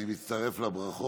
אני מצטרף לברכות.